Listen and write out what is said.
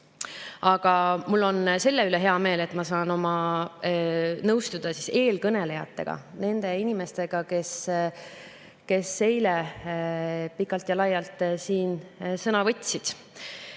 Aga mul on selle üle hea meel, et ma saan nõustuda eelkõnelejatega, nende inimestega, kes eile pikalt ja laialt siin sõna võtsid.